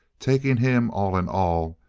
taking him all in all,